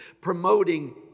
promoting